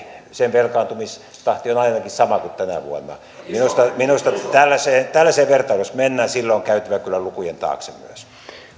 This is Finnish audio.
budjetin velkaantumistahti on ainakin sama kuin tänä vuonna minusta minusta jos tällaiseen vertailuun mennään silloin on käytävä kyllä lukujen taakse myös